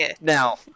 Now